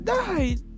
died